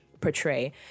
portray